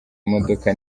modoka